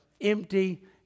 empty